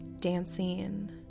dancing